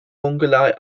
mongolei